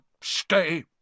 stay